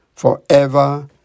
forever